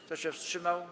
Kto się wstrzymał?